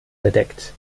bedeckt